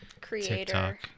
creator